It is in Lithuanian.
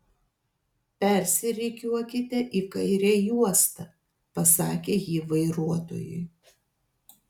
persirikiuokite į kairę juostą pasakė ji vairuotojui